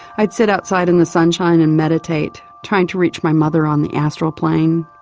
i'd sit outside in the sunshine and meditate trying to reach my mother on the astral plain,